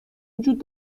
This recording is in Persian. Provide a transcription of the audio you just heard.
وجود